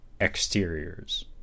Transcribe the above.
exteriors